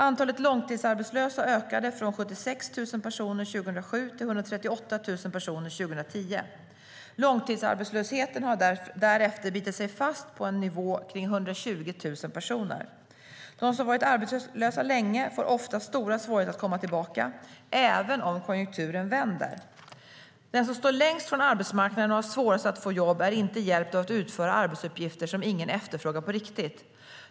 Antalet långtidsarbetslösa ökade från 76 000 personer 2007 till 138 000 personer 2010. Långtidsarbetslösheten har därefter bitit sig fast på en nivå kring 120 000 personer. De som har varit arbetslösa länge får ofta stora svårigheter att komma tillbaka, även om konjunkturen vänder. Den som står längst från arbetsmarknaden och har svårast att få jobb är inte hjälpt av att utföra arbetsuppgifter som ingen efterfrågar på riktigt.